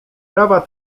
prawa